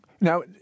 Now